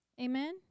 Amen